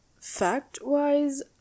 fact-wise